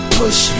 push